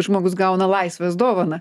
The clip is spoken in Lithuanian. žmogus gauna laisvės dovaną